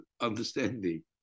understanding